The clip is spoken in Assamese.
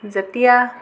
যেতিয়া